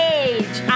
age